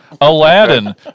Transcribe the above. Aladdin